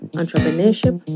entrepreneurship